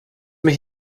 mich